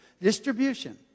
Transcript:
distribution